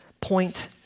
point